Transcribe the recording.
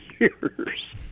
years